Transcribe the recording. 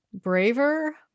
braver